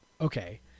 okay